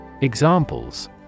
Examples